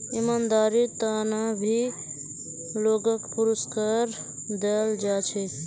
ईमानदारीर त न भी लोगक पुरुस्कार दयाल जा छेक